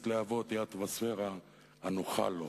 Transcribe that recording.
ולהצית להבות, היא האטמוספירה הנוחה לו.